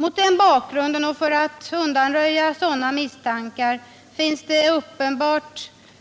Mot den bakgrunden och för att undanröja sådana misstankar finns det en uppenbar